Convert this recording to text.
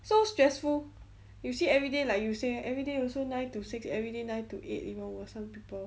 so stressful you see everyday like you say everyday also nine to six everyday nine to eight you know some people